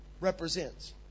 represents